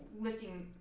lifting